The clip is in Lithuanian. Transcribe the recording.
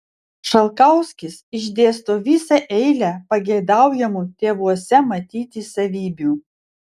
šalkauskis išdėsto visą eilę pageidaujamų tėvuose matyti savybių